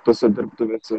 tose dirbtuvėse